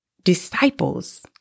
disciples